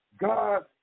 God